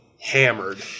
hammered